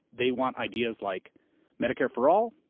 they want ideas like medicare for all,